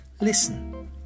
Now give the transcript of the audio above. Listen